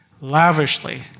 lavishly